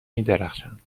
میدرخشند